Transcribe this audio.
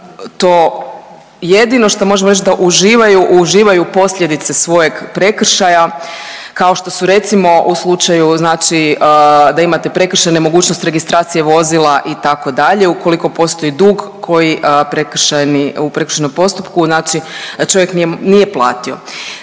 to jedino što možemo reći da uživaju, uživaju posljedice svojeg prekršaja kao što su redimo u slučaju znači da imate prekršajne mogućnost registracije vozila itd. ukoliko postoji dug koji prekršajni, u prekršajnom postupku, znači čovjek nije platio.